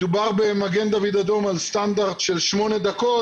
מדובר במגן דוד אדום על סטנדרט של שמונה דקות,